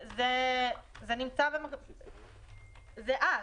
אה,